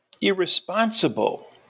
irresponsible